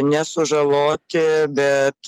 nesužaloti bet